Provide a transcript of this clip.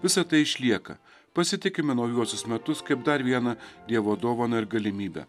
visa tai išlieka pasitikime naujuosius metus kaip dar vieną dievo dovaną ir galimybę